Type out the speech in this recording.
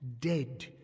Dead